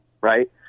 right